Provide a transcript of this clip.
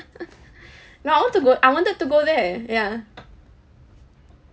no I want to go I wanted to go there yeah